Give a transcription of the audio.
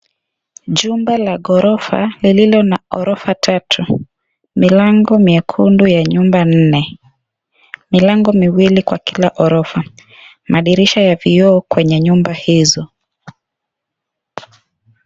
Jumba la gorofa lililo na orofa tatu, mlango Mekundu ya nyumba nne, mlango miwili kwa Kila orofa, madirisha ya vioo kwenye nyumba hizo.